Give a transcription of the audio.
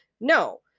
No